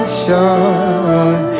sure